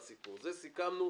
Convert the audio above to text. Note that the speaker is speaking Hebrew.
את זה סיכמנו.